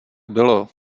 bylo